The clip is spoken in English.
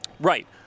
Right